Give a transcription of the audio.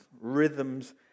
rhythms